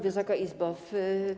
Wysoka Izbo!